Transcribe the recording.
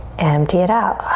empty it out.